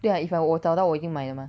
对 ah if I 我找到我已经买了 mah